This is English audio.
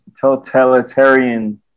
totalitarian